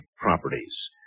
properties